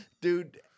dude